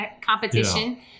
competition